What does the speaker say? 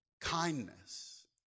kindness